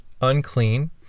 unclean